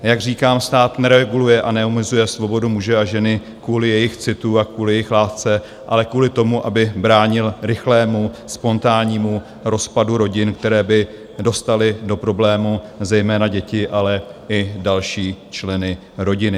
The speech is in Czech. Jak říkám, stát nereguluje a neomezuje svobodu muže a ženy kvůli jejich citu a kvůli jejich lásce, ale kvůli tomu, aby bránil rychlému spontánnímu rozpadu rodin, které by dostaly do problémů zejména děti, ale i další členy rodiny.